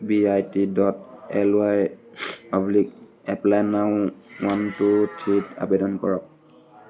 B I T dot L Y oblique apply now one two থ্ৰীত আবেদন কৰক